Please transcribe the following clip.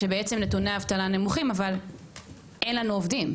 שבעצם נתוני האבטלה הם נמוכים אבל אין לנו עובדים.